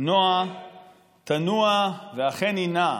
נוע תנוע, ואכן היא נעה.